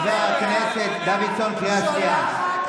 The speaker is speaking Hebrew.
חבר הכנסת דוידסון, קריאה שנייה.